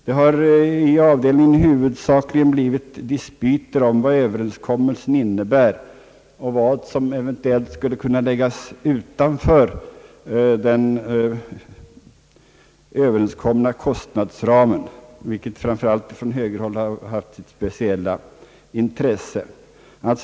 Det har i avdelningen huvudsakligen blivit dispyter om vad överenskommelsen innebär och vad som eventuellt skulle kunna läggas utanför den överenskomna kostnadsramen, vilket framför allt från högerhåll haft sitt speciella intresse.